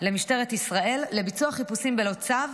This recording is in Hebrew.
למשטרת ישראל לביצוע חיפושים בלא צו,